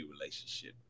relationship